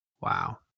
Wow